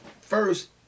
first